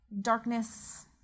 darkness